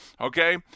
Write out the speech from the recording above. Okay